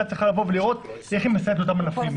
צריכה לראות איך היא מסייעת לאותם ענפים,